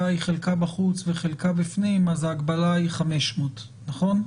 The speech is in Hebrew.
היא חלקה בחוץ וחלקה בפנים אז ההגבלה היא 500 נכון?